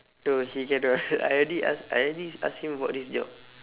no he cannot I already ask I already ask him about this job